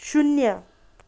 शून्य